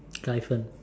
the hyphen